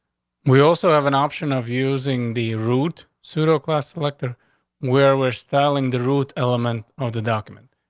we also have an option of using the route pseudo class selector where we're styling the root element of the document,